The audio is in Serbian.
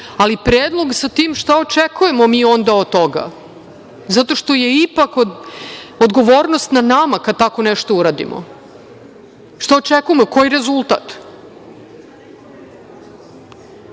ali predlog sa tim šta očekujemo mi onda od toga, zato što je ipak, odgovornost na nama kada tako nešto uradimo, šta očekujemo, koji rezultat? Završiću